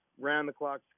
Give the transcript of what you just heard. Round-the-clock